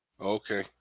Okay